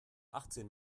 achtzehn